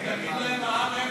מיקי, תגיד להם מע"מ אפס.